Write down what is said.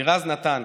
לירז נתן.